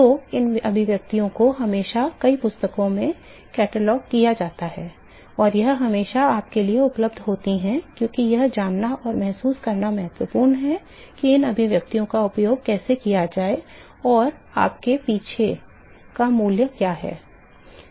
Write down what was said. तो इन अभिव्यक्तियों को हमेशा कई पुस्तकों में सूचीबद्ध किया जाता है और यह हमेशा आपके लिए उपलब्ध होती है लेकिन यह जानना और महसूस करना महत्वपूर्ण है कि इन अभिव्यक्तियों का उपयोग कैसे किया जाए और इसके पीछे क्या मूल्य हैं